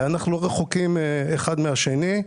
אנחנו לא רחוקים אחד מהשני.